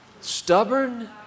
stubborn